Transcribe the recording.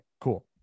cool